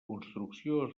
construcció